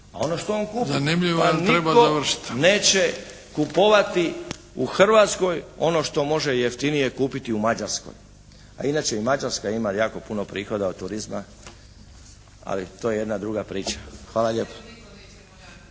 Ante (HSS)** Ali nitko neće kupovati u Hrvatskoj ono što može jeftinije kupiti u Mađarskoj, a inače i Mađarska ima jako puno prihoda od turizma, ali to je jedna druga priča. Hvala lijepo.